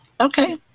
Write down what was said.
okay